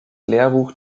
lehrbuch